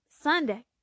Sunday